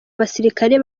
basirikare